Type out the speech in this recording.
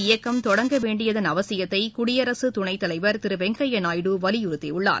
இயக்கம் தொடங்க வேண்டியதன் அவசியத்தை குடியரசு துணைத் தலைவர் திரு வெங்கய்யா நாயுடு வலியுறுத்தியுள்ளார்